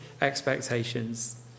expectations